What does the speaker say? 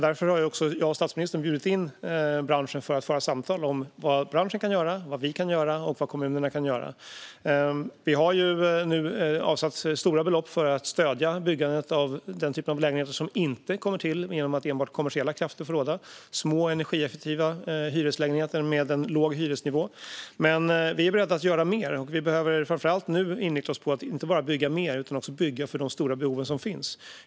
Därför har statsministern och jag bjudit in branschen för att föra samtal om vad branschen kan göra, vad vi kan göra och vad kommunerna kan göra. Vi har nu avsatt stora belopp för att stödja byggandet av den typ av lägenheter som inte kommer till genom att enbart kommersiella krafter får råda. Det är små, energieffektiva hyreslägenheter med en låg hyresnivå. Men vi är beredda att göra mer, och vi behöver nu framför allt inrikta oss på att inte bara bygga mer utan också bygga för de stora behov som finns.